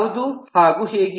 ಯಾವುದು ಹಾಗೂ ಹೇಗೆ